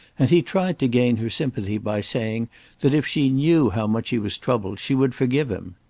and he tried to gain her sympathy by saying that if she knew how much he was troubled, she would forgive him.